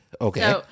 okay